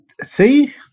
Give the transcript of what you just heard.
See